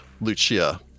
Lucia